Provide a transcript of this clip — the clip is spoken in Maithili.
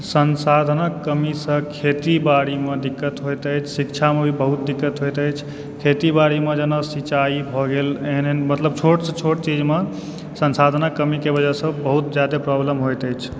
संसाधनक कमीसंँ खेती बारीमे दिक्कत होएत अछि शिक्षामे भी बहुत दिक्कत होएत अछि खेती बारीमे जेना सिंचाइ भए गेल एहन एहन मतलब छोटसंँ छोट चीजमे संसाधनक कमीके वजहसँ बहुत जादा प्रॉब्लम होएत अछि